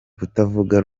kutavuga